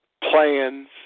plans